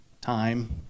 Time